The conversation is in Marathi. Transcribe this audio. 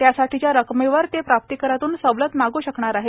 त्यासाठीच्या रकमेवर ते प्रासिकरातून सवलत मागू शकणार आहेत